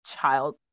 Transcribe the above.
child